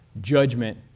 judgment